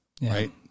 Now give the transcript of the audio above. right